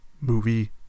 movie